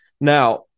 Now